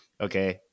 Okay